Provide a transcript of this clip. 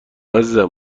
عزیزم